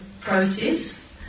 process